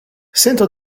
sento